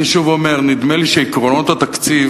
אני שוב אומר שנדמה לי שעקרונות התקציב